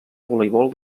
voleibol